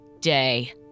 day